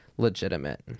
legitimate